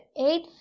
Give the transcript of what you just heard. eight